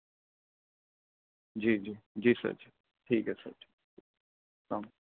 جی جی جی سر جی ٹھیک ہے سر ہاں